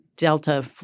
Delta